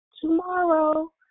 tomorrow